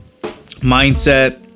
mindset